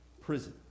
prison